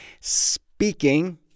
speaking